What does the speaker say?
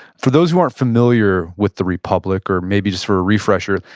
for those who aren't familiar with the republic, or maybe just for a refresher,